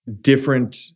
different